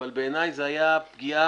אבל בעייני זו היתה פגיעה